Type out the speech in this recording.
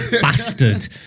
bastard